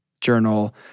journal